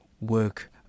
work